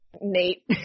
Nate